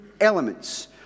elements